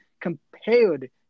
compared